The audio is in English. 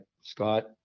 Scott